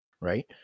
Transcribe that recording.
Right